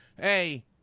hey